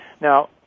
Now